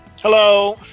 Hello